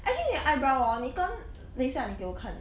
actually 你的 eyebrow hor 你跟等一下你给我看